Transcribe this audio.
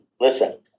listen